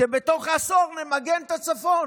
כדי שבתוך עשור נמגן את הצפון.